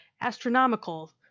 astronomical